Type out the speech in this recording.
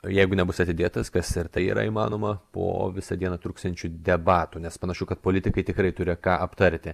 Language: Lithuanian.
jeigu nebus atidėtas kas ir tai yra įmanoma po visą dieną truksiančių debatų nes panašu kad politikai tikrai turi ką aptarti